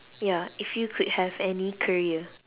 ya if you could have any career